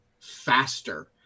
faster